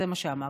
זה מה שאמרתי.